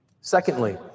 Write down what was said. Secondly